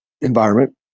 environment